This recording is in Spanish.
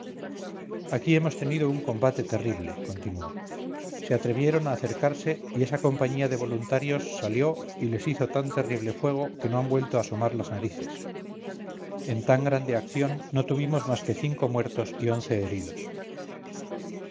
aquí hemos tenido un combate terrible continuó se atrevieron a acercarse y esa compañía de voluntarios salió y les hizo tan terrible fuego que no han vuelto a asomar las narices en tan grande acción no tuvimos más que cinco muertos y once heridos